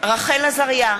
רחל עזריה,